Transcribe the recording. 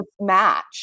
match